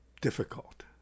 difficult